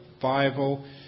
Bible